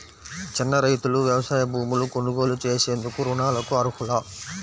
చిన్న రైతులు వ్యవసాయ భూములు కొనుగోలు చేసేందుకు రుణాలకు అర్హులా?